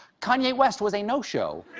kanye west was a no-show